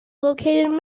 located